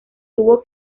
tuvo